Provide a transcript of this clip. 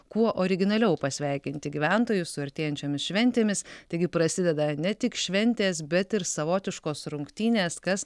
kuo originaliau pasveikinti gyventojus su artėjančiomis šventėmis taigi prasideda ne tik šventės bet ir savotiškos rungtynės kas